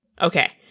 Okay